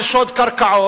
על שוד קרקעות,